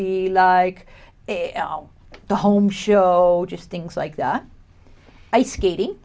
be like the home show just things like that ice skating